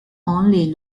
only